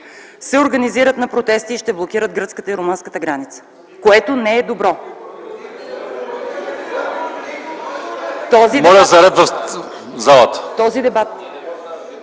се организират на протести и ще блокират гръцката и румънската граница, което не е добро. (Оживление